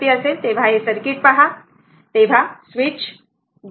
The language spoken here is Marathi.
तर KVL अप्लाय करा त्या वेळेला की जेव्हा करंट i किंवा i0 i0 i0 आहे बरोबर